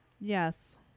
Yes